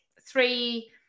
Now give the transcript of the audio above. three